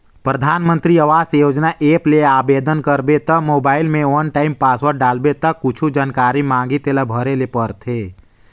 परधानमंतरी आवास योजना ऐप ले आबेदन करबे त मोबईल में वन टाइम पासवर्ड डालबे ता कुछु जानकारी मांगही तेला भरे ले परथे